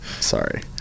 Sorry